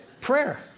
prayer